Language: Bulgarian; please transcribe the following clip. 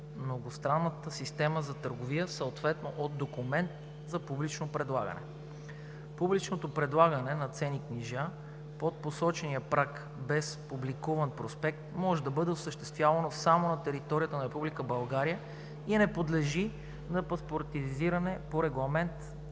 многостранната система за търговия, съответно от документ за публично предлагане. Публичното предлагане на ценни книжа под посочения праг без публикуван проспект може да бъде осъществявано само на територията на Република България и не подлежи на паспортизиране по Регламент (ЕС)